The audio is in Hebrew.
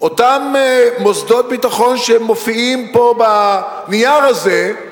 אותם מוסדות ביטחון שמופיעים פה, בנייר הזה,